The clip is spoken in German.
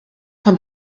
von